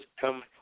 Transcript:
come